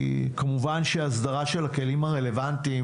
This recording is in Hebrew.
כמובן, לגבי האסדרה של הכלים הרלוונטיים,